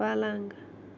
پلنٛگ